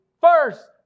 first